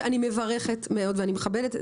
-- שאני מברכת מאוד ואני מכבדת,